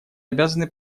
обязаны